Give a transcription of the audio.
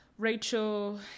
Rachel